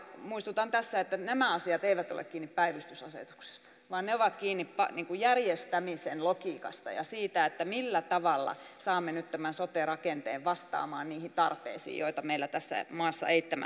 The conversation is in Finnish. muistutan tässä että nämä asiat eivät ole kiinni päivystysasetuksesta vaan ne ovat kiinni järjestämisen logiikasta ja siitä millä tavalla saamme nyt tämän sote rakenteen vastaamaan niihin tarpeisiin joita meillä tässä maassa eittämättä on